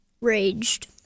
raged